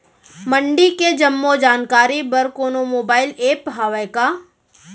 मंडी के जम्मो जानकारी बर कोनो मोबाइल ऐप्प हवय का?